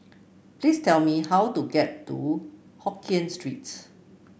please tell me how to get to Hokien Streets